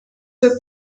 for